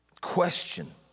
question